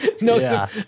No